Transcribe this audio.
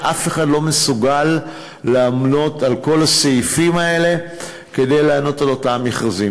שאף אחד לא מסוגל לענות על כל הסעיפים כדי לענות על אותם מכרזים.